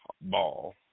Ball